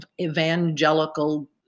evangelical